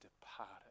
departed